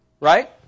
Right